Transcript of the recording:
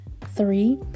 three